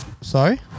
Sorry